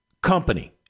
company